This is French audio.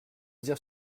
dire